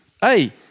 Hey